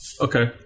Okay